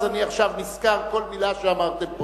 אני עכשיו נזכר בכל מלה שאמרתם פה.